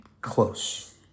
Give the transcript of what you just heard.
close